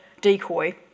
decoy